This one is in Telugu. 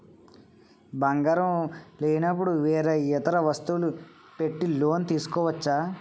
బంగారం లేనపుడు వేరే ఇతర వస్తువులు పెట్టి లోన్ తీసుకోవచ్చా?